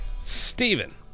Stephen